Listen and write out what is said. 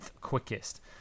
quickest